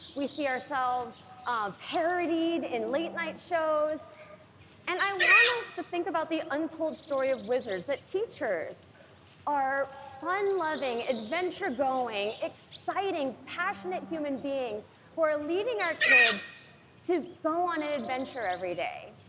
we see ourselves parodied in late-night shows and i want us to think about the untold story of wizards that teachers are fun-loving, adventure-going, exciting, passionate human beings who are leading our kids to go on an adventure every day